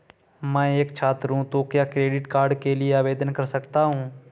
मैं एक छात्र हूँ तो क्या क्रेडिट कार्ड के लिए आवेदन कर सकता हूँ?